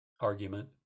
argument